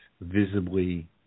visibly